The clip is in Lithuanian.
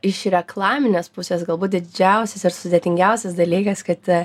iš reklaminės pusės galbūt didžiausias ir sudėtingiausias dalykas kad